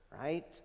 right